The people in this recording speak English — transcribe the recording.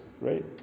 right